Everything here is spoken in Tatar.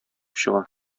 чыга